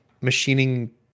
machining